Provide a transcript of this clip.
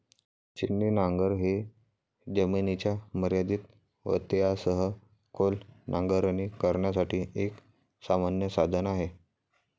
छिन्नी नांगर हे जमिनीच्या मर्यादित व्यत्ययासह खोल नांगरणी करण्यासाठी एक सामान्य साधन आहे